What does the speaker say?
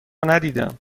ندیدم